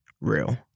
real